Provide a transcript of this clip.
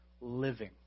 living